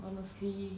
honestly